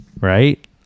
Right